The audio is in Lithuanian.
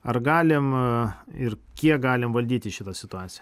ar galim ir kiek galim valdyti šitą situaciją